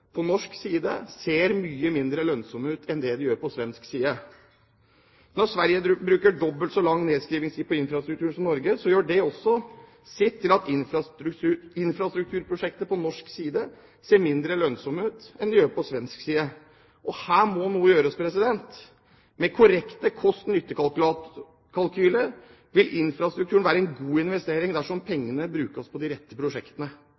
på norsk side ser mye mindre lønnsomme ut enn de gjør på svensk side. Når Sverige bruker dobbelt så lang nedskrivingstid på infrastruktur som Norge, gjør det også sitt til at infrastrukturprosjekt på norsk side ser mindre lønnsomme ut enn de gjør på svensk side. Her må noe gjøres. Med korrekte kost–nytte-kalkyler vil infrastrukturen være en god investering dersom pengene brukes på de riktige prosjektene.